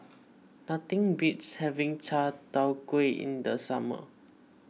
nothing beats having Chai Tow Kuay in the summer